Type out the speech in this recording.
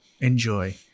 enjoy